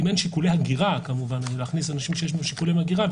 אם אין שיקולי הגירה הכניס אנשים שיש שיקולי הגירה,